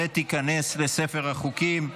ותיכנס לספר החוקים.